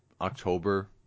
October